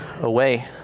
away